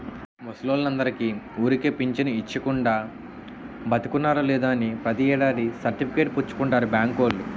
ముసలోల్లందరికీ ఊరికే పెంచను ఇచ్చీకుండా, బతికున్నారో లేదో అని ప్రతి ఏడాది సర్టిఫికేట్ పుచ్చుకుంటారు బాంకోల్లు